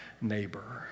neighbor